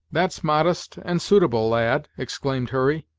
that's modest and suitable, lad, exclaimed hurry.